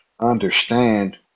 understand